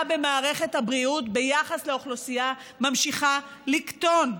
במערכת הבריאות ביחס לאוכלוסייה ממשיכה לקטון.